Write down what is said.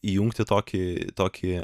įjungti tokį tokį